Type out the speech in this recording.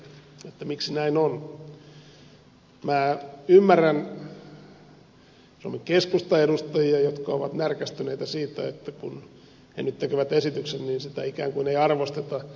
minä ymmärrän suomen keskustan edustajia jotka ovat närkästyneitä siitä että kun he nyt tekevät esityksen sitä ikään kuin ei arvosteta